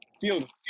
Field